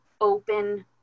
open